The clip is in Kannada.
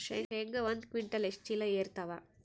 ಶೇಂಗಾ ಒಂದ ಕ್ವಿಂಟಾಲ್ ಎಷ್ಟ ಚೀಲ ಎರತ್ತಾವಾ?